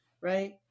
right